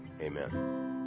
amen